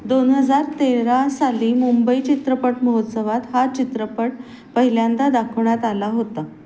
दोन हजार तेरा साली मुंबई चित्रपट महोत्सवात हा चित्रपट पहिल्यांदा दाखवण्यात आला होता